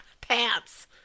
Pants